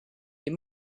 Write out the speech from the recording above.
you